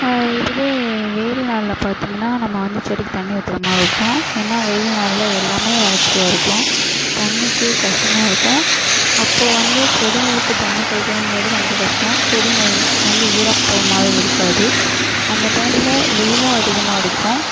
இதுவே வெயில் நாளில் பார்த்திங்கனா நம்ம வந்து செடிக்கு தண்ணி ஊற்றுறமாரி இருக்கும் ஏனால் வெயில் நாளில் எல்லாமே வறட்சியாக இருக்கும் தண்ணிக்கே கஷ்டமாக இருக்கும் அப்போது வந்து செடிகளுக்கு தண்ணி கிடைக்கணுன்றது ரொம்ப கஷ்டம் செடிகள் வந்து ஈரப்பதமாகவே இருக்காது அந்த டைமில் வெயிலும் அதிகமாக அடிக்கும்